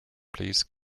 please